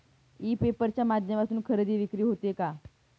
E paper च्या माध्यमातून खरेदी विक्री होते का?